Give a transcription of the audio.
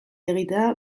egitea